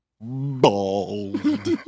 Bald